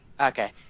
Okay